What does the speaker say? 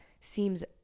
seems